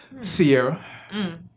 Sierra